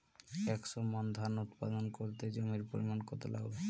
একশো মন ধান উৎপাদন করতে জমির পরিমাণ কত লাগবে?